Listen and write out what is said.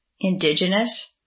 Indigenous